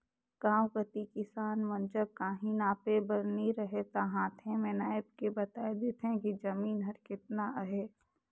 गाँव कती किसान मन जग काहीं नापे बर नी रहें ता हांथे में नाएप के बताए देथे कि जमीन हर केतना अहे